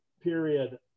period